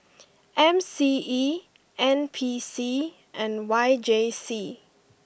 M C E N P C and Y J C